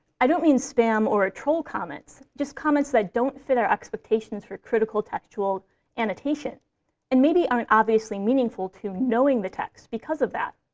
i don't mean spam or troll comments just comments that don't fit our expectations for critical textual annotation and maybe aren't obviously meaningful to knowing the text because of that.